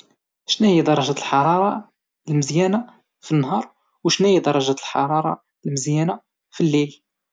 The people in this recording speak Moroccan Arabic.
شناهيا درجة الحرارة المزيانة فالنهار وشناهيا درجة الحرارة المزيانة فالليل؟